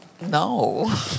No